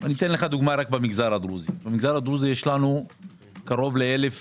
למשל, במגזר הדרוזי יש לנו קרוב לאלף